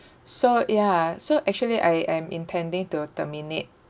so ya so actually I am intending to terminate